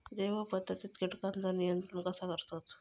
जैव पध्दतीत किटकांचा नियंत्रण कसा करतत?